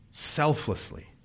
Selflessly